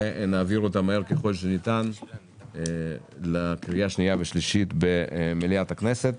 ונעביר אותה מהר ככול שניתן לקריאה השנייה והשלישית במליאת הכנסת.